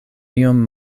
iom